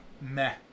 meh